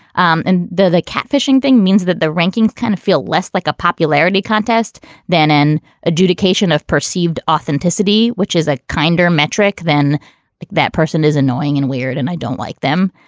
and they catfishing thing means that the rankings kind of feel less like a popularity contest than an adjudication of perceived authenticity, which is a kinder metric then like that person is annoying and weird and i don't like them.